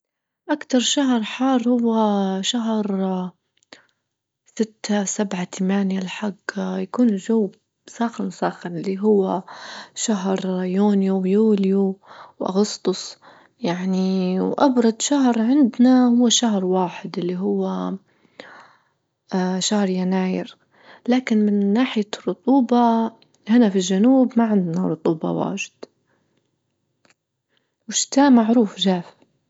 أكتر شهر حار هو شهر ستة سبعة تمانية الحق يكون الجو ساخن-ساخن اللي هو شهر يونيو يوليو وأغسطس يعني وأبرد شهر عندنا هو شهر واحد اللي هو شهر يناير لكن من ناحية الرطوبة هنا في الجنوب ما عندنا رطوبة واجد، والشتا معروف جاف.